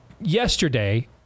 Yesterday